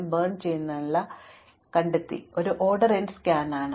കത്തുന്നതിനുള്ള ഏറ്റവും കുറഞ്ഞ ശീർഷകം കണ്ടെത്താൻ ഇതിന് ഒരു ഓർഡർ n സ്കാൻ ആവശ്യമാണ്